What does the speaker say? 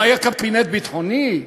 לא היה קבינט ביטחוני?